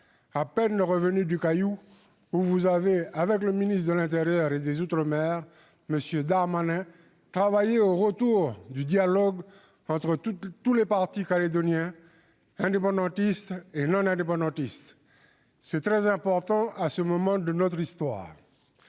à peine du Caillou, où avec M. Darmanin, ministre de l'intérieur et des outre-mer, il a travaillé au retour du dialogue entre tous les partis calédoniens, indépendantistes et non indépendantistes. C'est très important à ce moment de notre histoire